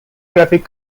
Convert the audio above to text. traffic